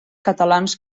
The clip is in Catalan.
catalans